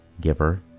giver